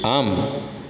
आम